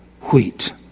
wheat